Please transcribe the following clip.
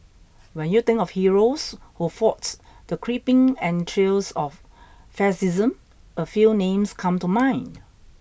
when you think of heroes who fought the creeping entrails of fascism a few names come to mind